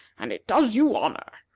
and it does you honor.